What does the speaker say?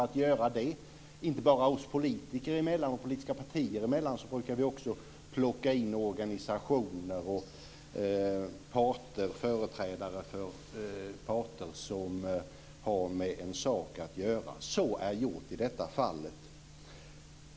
Det gäller inte bara oss politiker och politiska partier emellan, utan för att uppnå det brukar vi också plocka in organisationer och företrädare för parter som har med en viss sak att göra. Så har man gjort i detta fall.